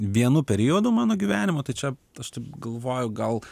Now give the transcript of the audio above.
vienu periodu mano gyvenimo tai čia aš taip galvojau gal